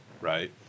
right